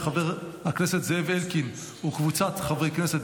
של חבר הכנסת זאב אלקין וקבוצת חברי הכנסת,